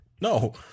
No